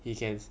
you can